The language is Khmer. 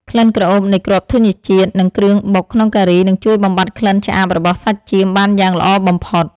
ក្លិនក្រអូបនៃគ្រាប់ធញ្ញជាតិនិងគ្រឿងបុកក្នុងការីនឹងជួយបំបាត់ក្លិនឆ្អាបរបស់សាច់ចៀមបានយ៉ាងល្អបំផុត។